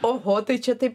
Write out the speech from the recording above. oho tai čia taip